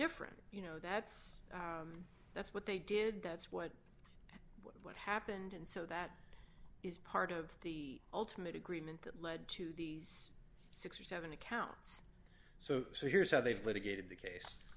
different you know that's that's what they did that's what what happened and so that is part of the ultimate agreement that led to these six or seven accounts so so here's how they've litigated the case